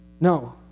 No